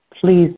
please